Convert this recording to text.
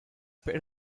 paid